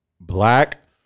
black